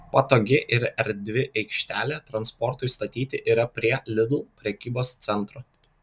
patogi ir erdvi aikštelė transportui statyti yra prie lidl prekybos centro